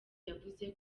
yavuze